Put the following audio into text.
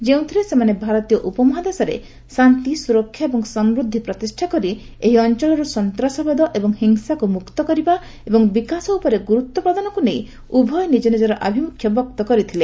ଯେଉଁଥିରେ ସେମାନେ ଭାରତୀୟ ଉପ ମହାଦେଶରେ ଶାନ୍ତି ସୁରକ୍ଷା ଏବଂ ସମୃଦ୍ଧି ପ୍ରତିଷ୍ଠା କରି ଏହି ଅଞ୍ଚଳରୁ ସନ୍ତାସବାଦ ଏବଂ ହିଂସାକୁ ମୁକ୍ତ କରିବା ଏବଂ ବିକାଶ ଉପରେ ଗୁରୁତ୍ୱ ପ୍ରଦାନକୁ ନେଇ ଉଭୟ ନିକ ନିଜର ଆଭିମୁଖ୍ୟ ବ୍ୟକ୍ତ କରିଥିଲେ